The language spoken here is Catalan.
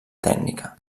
tècnica